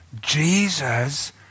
Jesus